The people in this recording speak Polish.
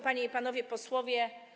Panie i Panowie Posłowie!